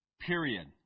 Period